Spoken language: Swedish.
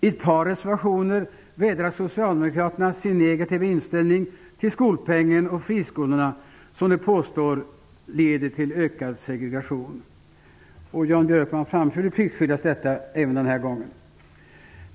I ett par reservationer vädrar Socialdemokraterna sin negativa inställning till skolpengen och friskolorna, som de påstår leder till ökad segregation. Jan Björkman framförde pliktskyldigast detta även den här gången.